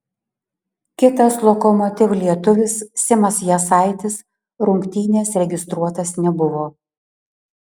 kitas lokomotiv lietuvis simas jasaitis rungtynės registruotas nebuvo